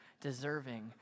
deserving